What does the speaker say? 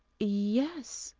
yes,